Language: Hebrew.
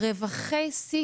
רווחי השיא